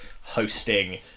hosting